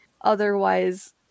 otherwise